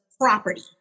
property